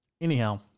anyhow